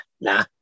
nah